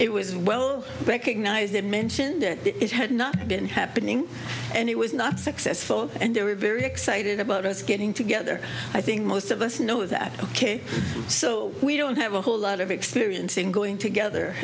they mentioned it it had not been happening and it was not successful and they were very excited about us getting together i think most of us know that ok so we don't have a whole lot of experience in going together